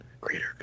Greater